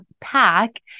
pack